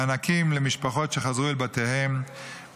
מענקים למשפחות שחזרו אל בתיהן,